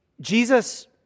Jesus